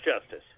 Justice